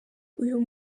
uyu